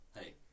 Hey